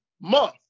month